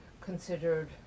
considered